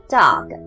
Dog